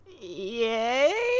Yay